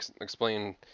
explain